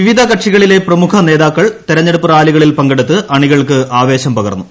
വിവിധ കക്ഷികളിലെ പ്രമുഖ നേതാക്കൾ തിരഞ്ഞെടുപ്പ് റാലികളിൽ പങ്കെടുത്ത് അണികൾക്ക് ആവേശം പകർന്നു